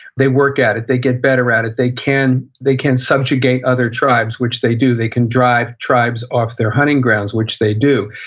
they work at it. they get better at it they can they can subjugate other tribes, which they do. they can drive tribes off their hunting grounds, which they do.